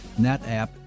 NetApp